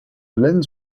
lens